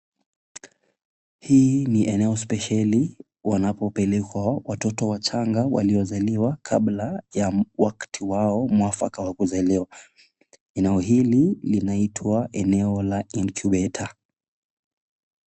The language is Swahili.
Hili ni eneo spesheli wanapopelekwa watoto wachanga waliozaliwa kabla ya wakati wao mwafaka wa kuzaliwa. Eneo hili linaitwa eneo la incubator .